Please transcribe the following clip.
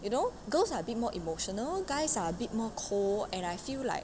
you know girls are a bit more emotional guys are a bit more cold and I feel like